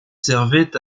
servaient